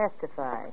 testify